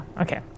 okay